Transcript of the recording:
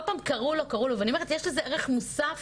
יש לזה ערך מוסף,